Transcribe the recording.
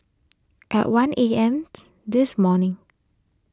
at one A M this morning